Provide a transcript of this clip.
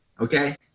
Okay